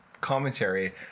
commentary